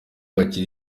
hakiri